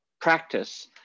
practice